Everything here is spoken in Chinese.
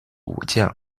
武将